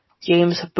James